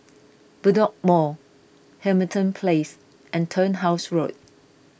Bedok Mall Hamilton Place and Turnhouse Road